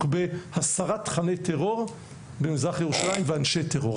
בהסרת תכני טרור במזרח ירושלים ואנשי טרור.